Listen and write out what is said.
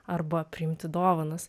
arba priimti dovanas